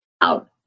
out